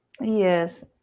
Yes